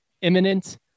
imminent